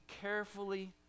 carefully